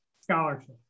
scholarship